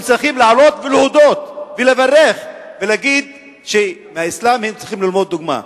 הם צריכים לעלות ולהודות ולברך ולהגיד שמהאסלאם הם צריכים ללמוד דוגמה.